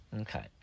Okay